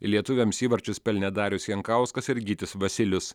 lietuviams įvarčius pelnė darius jankauskas ir gytis vasilius